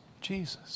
Jesus